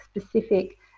specific